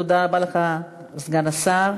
תודה רבה לך, סגן השר.